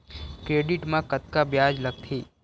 Credit मा कतका ब्याज लगथे?